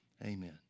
Amen